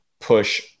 push